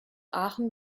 aachen